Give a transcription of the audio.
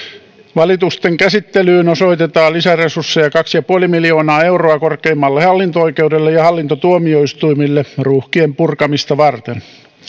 valitusten käsittelyyn osoitetaan lisäresursseja kaksi pilkku viisi miljoonaa euroa korkeimmalle hallinto oikeudelle ja hallintotuomioistuimille ruuhkien purkamista varten